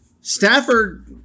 Stafford